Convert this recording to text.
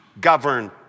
govern